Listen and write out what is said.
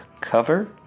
cover